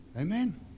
Amen